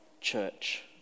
church